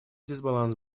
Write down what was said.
дисбаланс